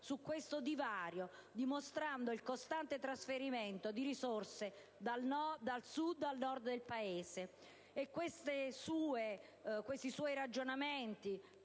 e Sud, dimostrando il costante trasferimento di risorse dal Sud al Nord del Paese. I suoi ragionamenti